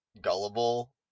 gullible